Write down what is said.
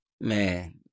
Man